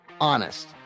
honest